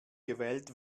gewählt